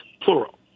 plural